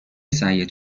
سعیت